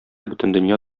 бөтендөнья